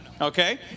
Okay